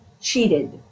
cheated